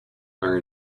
are